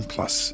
Plus